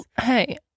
hey